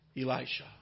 Elisha